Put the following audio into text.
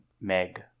meg